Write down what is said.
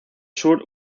sur